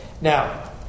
Now